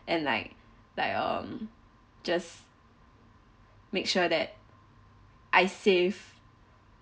and like like um just make sure that I save